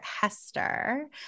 Hester